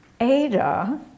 Ada